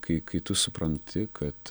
kai kai tu supranti kad